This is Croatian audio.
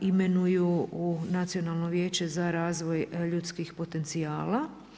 imenuju u Nacionalno vijeće za razvoj ljudskih potencijala.